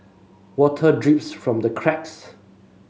water drips from the cracks